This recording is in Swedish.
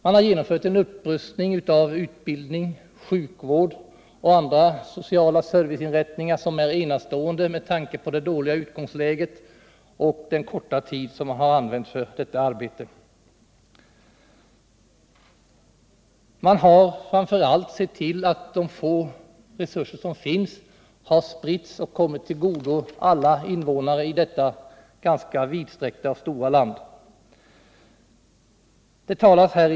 Man har genomfört en upprustning av utbildning, sjukvård och annan social service som är enastående med tanke på det dåliga utgångsläget och den korta tid som har använts för detta arbete. Man har framför allt sett till att de få resurser som finns har spritts och kommit alla invånare i detta ganska vidsträckta och stora land till godo.